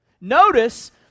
Notice